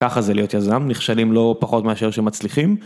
ככה זה להיות יזם, נכשלים לא פחות מאשר שמצליחים.